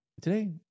Today